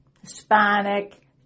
Hispanic